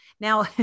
Now